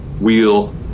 wheel